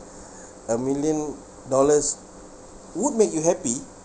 a million dollars would make you happy